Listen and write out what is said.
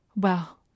Well